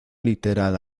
literal